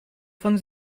von